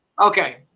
Okay